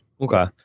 Okay